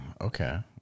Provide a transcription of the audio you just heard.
Okay